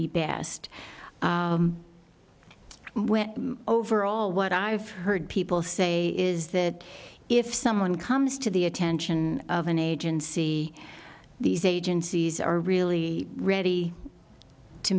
be best when overall what i've heard people say is that if someone comes to the attention of an agency these agencies are really ready to